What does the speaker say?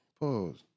Pause